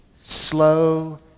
slow